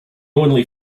only